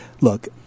look